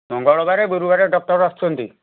ମଙ୍ଗଳବାର ଗୁରୁବାର ଡକ୍ଟର୍ ଆସୁଛନ୍ତି